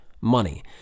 money